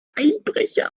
einbrecher